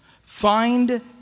find